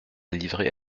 livrée